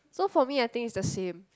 so for me I think it's the same